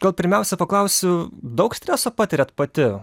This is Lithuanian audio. gal pirmiausia paklausiu daug streso patiriat pati